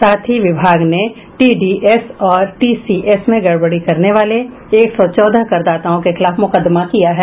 साथ ही विभाग ने टीडीएस और टीसीएस में गड़बड़ी करने वाले एक सौ चौदह करदाताओं के खिलाफ मुकदमा किया है